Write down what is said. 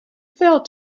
fell